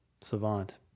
savant